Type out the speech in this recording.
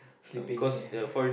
sleeping here